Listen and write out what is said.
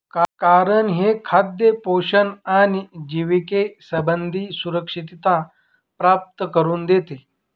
कारण हे खाद्य पोषण आणि जिविके संबंधी सुरक्षितता प्राप्त करून देते